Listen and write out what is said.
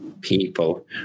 people